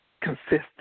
Consistent